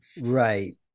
right